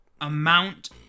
amount